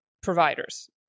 providers